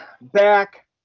back